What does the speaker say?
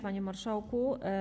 Panie Marszałku!